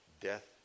death